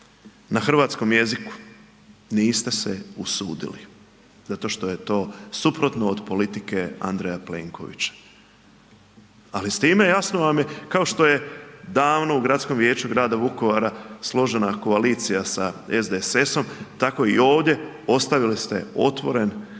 na hrvatskom jeziku, niste se usudili zato što je to suprotno od politike Andreja Plenkovića. Ali s time jasno vam je kao što je davno u Gradskom vijeću grada Vukovara složena koalicija sa SDSS-om tako i ovdje ostavili ste jedan